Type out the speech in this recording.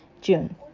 June